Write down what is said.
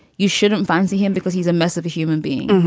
you shouldn't fancy him because he's a massive human being.